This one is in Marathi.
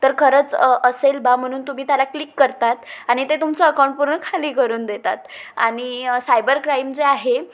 तर खरंच असेल बा म्हणून तुम्ही त्याला क्लिक करतात आणि ते तुमचं अकाऊंट पूर्ण खाली करून देतात आणि सायबर क्राईम जे आहे